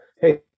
Hey